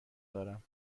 دارم